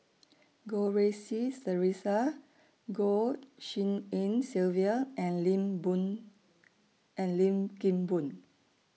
Goh Rui Si Theresa Goh Tshin En Sylvia and Lim Boon and Lim Kim Boon